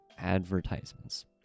advertisements